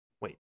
wait